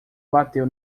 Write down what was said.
bateu